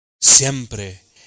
siempre